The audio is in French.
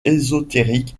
ésotérique